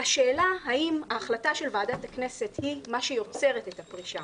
השאלה האם החלטה של ועדת הכנסת היא מה שיוצר את הפרישה